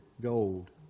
gold